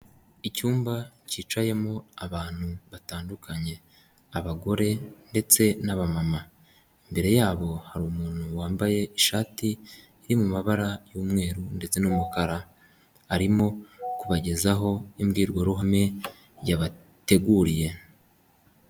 Icyumba cyicayemo abantu batandukanye, abagore ndetse n'abamama, imbere yabo hari umuntu wambaye ishati iri mabara y'umweru ndetse n'umukara arimo kubagezaho imbwirwaruhame yabateguriye.